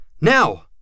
Now